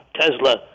Tesla